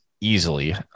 easily